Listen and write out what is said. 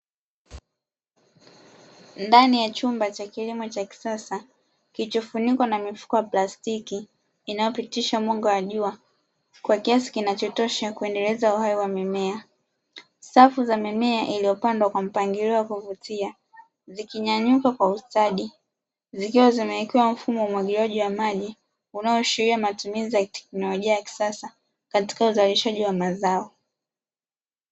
Ndani ya chumba cha kilimo cha kisasa kilichofunikwa na mifuko ya plastiki inayopitisha mwanga wa jua kwa kiasi kinachotosha kuendeleza uhai wa mimea. Safu za mimea iliyopandwa kwa mpangilio wa kuvutia, zikinyanyuka kwa ustadi, zikiwa zimewekewa mfumo wa umwagiliaji wa maji unaoashiria matumizi ya teknolojia ya kisasa katika uzalishaji wa mazao.